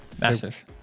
Massive